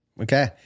Okay